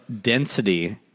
density